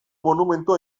monumentu